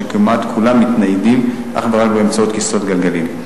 שכמעט כולם מתניידים אך ורק באמצעות כיסאות גלגלים.